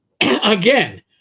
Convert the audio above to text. Again